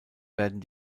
werden